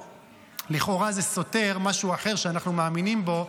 לכאורה זה סותר משהו אחר שאנחנו מאמינים בו,